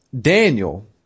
Daniel